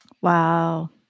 Wow